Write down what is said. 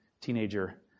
teenager